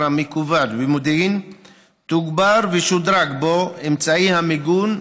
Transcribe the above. המקוון במודיעין תוגבר ושודרגו בו אמצעי המיגון.